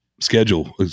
schedule